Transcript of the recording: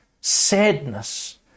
sadness